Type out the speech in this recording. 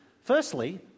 Firstly